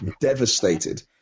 devastated